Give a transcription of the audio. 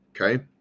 okay